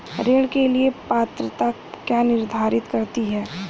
ऋण के लिए पात्रता क्या निर्धारित करती है?